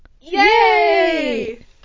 Yay